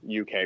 UK